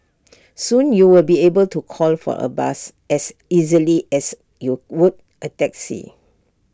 soon you will be able to call for A bus as easily as you would A taxi